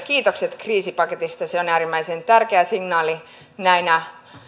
kiitokset kriisipaketista se on äärimmäisen tärkeä signaali näinä